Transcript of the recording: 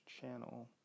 channel